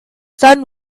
sun